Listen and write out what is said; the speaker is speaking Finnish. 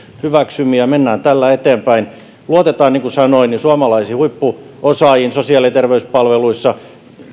hyväksymiä mennään tällä eteenpäin luotetaan niin kuin sanoin suomalaisiin huippuosaajiin sosiaali ja terveyspalveluissa